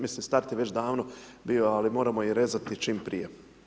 Mislim, start je već davno bio ali moramo ih rezati čim prije.